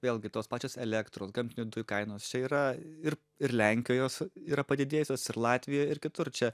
vėlgi tos pačios elektros gamtinių dujų kainos čia yra ir ir lenkijos yra padidėjusios ir latvijoj ir kitur čia